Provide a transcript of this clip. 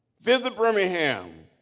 visit birmingham.